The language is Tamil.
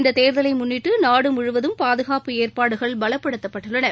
இந்த தேர்தலை முன்னிட்டு நாடு முழுவதும் பாதுகாப்பு ஏற்பாடுகள் பலப்படுத்தப்பட்டுள்ளன